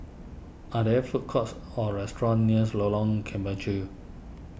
are there food courts or restaurants nears Lorong Kemunchup